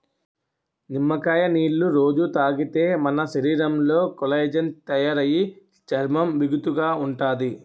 నిమ్మకాయ నీళ్ళు రొజూ తాగితే మన శరీరంలో కొల్లాజెన్ తయారయి చర్మం బిగుతుగా ఉంతాది